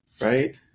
Right